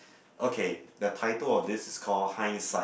okay the title of this is call hindsight